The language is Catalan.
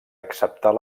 acceptar